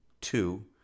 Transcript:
Two